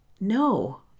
no